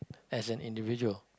as an individual